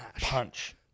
Punch